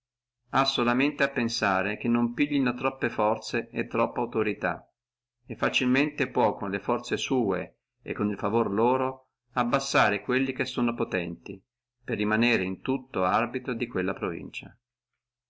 ha solamente a pensare che non piglino troppe forze e troppa autorità e facilmente può con le forze sua e col favore loro sbassare quelli che sono potenti per rimanere in tutto arbitro di quella provincia